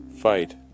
fight